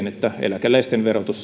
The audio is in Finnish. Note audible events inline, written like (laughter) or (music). (unintelligible) että eläkeläisten verotus (unintelligible)